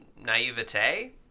naivete